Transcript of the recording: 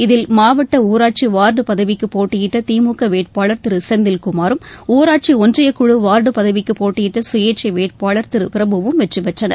இதில் மாவட்ட ஊராட்சி வார்டு பதவிக்கு போட்டியிட்ட திமுக வேட்பாளர் திரு செந்தில்குமாரும் ஊராட்சி ஒன்றியக்குழு வார்டு பதவிக்கு போட்டியிட்ட சுயேட்சை வேட்பாளர் பிரபு வும் வெற்றிபெற்றனர்